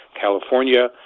California